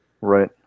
Right